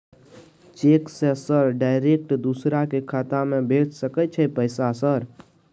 Cheque से sir direct दूसरा के खाता में भेज सके छै पैसा सर?